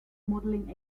modeling